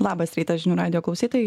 labas rytas žinių radijo klausytojai